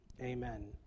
Amen